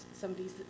somebody's